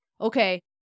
Okay